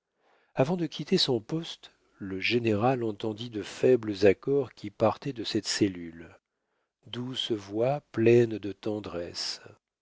avant de quitter son poste le général entendit de faibles accords qui partaient de cette cellule douces voix pleines de tendresse